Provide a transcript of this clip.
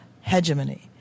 hegemony